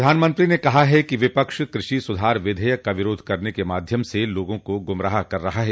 प्रधानमंत्री ने कहा है कि विपक्ष कृषि सुधार विधेयक का विरोध करने के माध्यम से लोगों को गुमराह कर रहा है